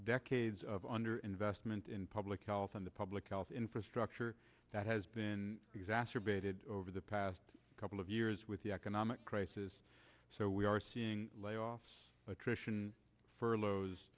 decades of under investment in public health in the public health infrastructure that has been exacerbated over the past couple of years with the economic crisis so we are seeing layoffs attrition furloughs